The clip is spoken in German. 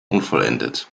unvollendet